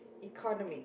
economic